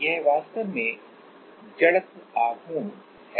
यह वास्तव में मोमेंट आफ इनर्शिया है